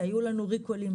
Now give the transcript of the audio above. כי היו לנו ריקולים.